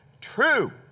true